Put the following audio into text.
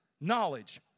knowledge